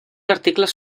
articles